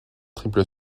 triple